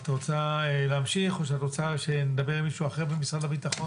את רוצה להמשיך או שאת שנדבר עם מישהו אחר במשרד הביטחון?